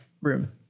room